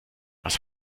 was